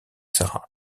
sara